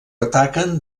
ataquen